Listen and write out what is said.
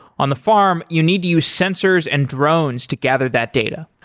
on the farm, you need to use sensors and drones to gather that data.